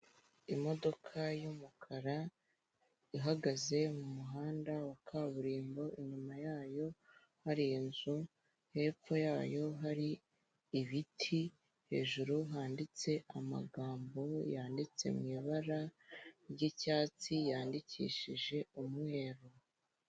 Imodoka y'umukara ihagaze mu muhanda wa kaburimbo inyuma yayo hari inzu, hepfo yayo hari ibiti hejuru handitse amagambo yanditse mu ibara ry'icyatsi yandikishije umweru.